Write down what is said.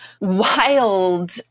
wild